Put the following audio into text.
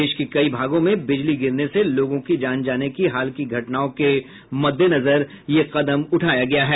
देश के कई भागों में बिजली गिरने से लोगों की जान जाने की हाल की घटनाओं के मद्देनजर यह कदम उठाया गया है